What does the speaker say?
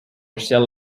cell